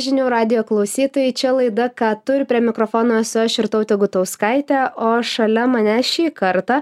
žinių radijo klausytojai čia laida ką tu ir prie mikrofono esu aš irtautė gutauskaitė o šalia manęs šį kartą